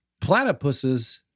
Platypuses